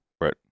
Right